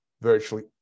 Virtually